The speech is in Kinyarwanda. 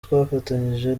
twafatanyije